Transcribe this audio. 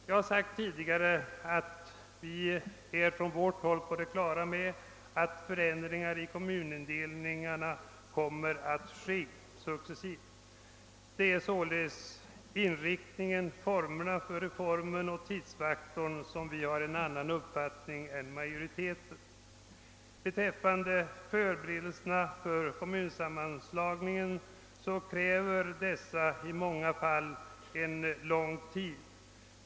Jag har tidigare sagt att vi från vårt håll är på det klara med att förändringar i kommunindelningen kommer att ske successivt. Det är således beträffande inriktningen, formerna och tidsfaktorn som vi har en annan uppfattning än majoriteten. Jag vill också gärna framhålla att det bör finnas ett ordentligt rådrum när sammanläggningar skall komma till stånd. Jag tror att erfarenheter från många kommunblock kan bekräfta riktigheten av denna uppfattning. Förberedelserna för kommunsammanslagningen kräver i många fall lång tid.